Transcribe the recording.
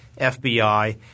FBI